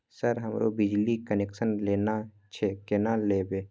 Sir हमरो बिजली connection लेना छे केना लेबे?